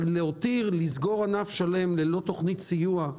אבל להותיר, לסגור ענף שלם ללא תוכנית סיוע,